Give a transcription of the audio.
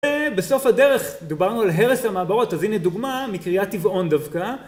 בסוף הדרך דיברנו על הרס המעברות אז הנה דוגמה מקריית טבעון דווקא